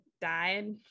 died